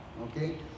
Okay